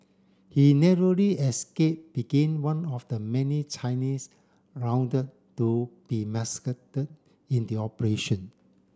he narrowly escape begin one of the many Chinese rounded to be massacred in the operation